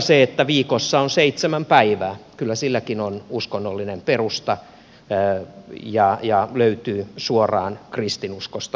taikka kun viikossa on seitsemän päivää kyllä silläkin on uskonnollinen perusta ja se löytyy suoraan kristinuskosta